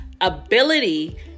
ability